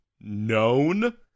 known